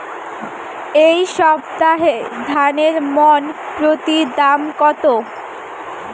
এই সপ্তাহে ধানের মন প্রতি দাম কত?